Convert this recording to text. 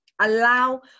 allow